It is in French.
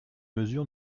mesure